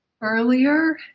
earlier